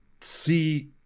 see